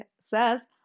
says